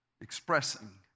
expressing